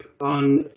on